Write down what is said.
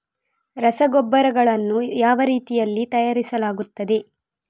ರಸಗೊಬ್ಬರಗಳನ್ನು ಯಾವ ರೀತಿಯಲ್ಲಿ ತಯಾರಿಸಲಾಗುತ್ತದೆ?